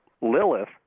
Lilith